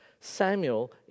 Samuel